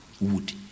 wood